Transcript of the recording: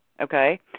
okay